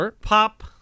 pop